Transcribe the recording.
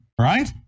Right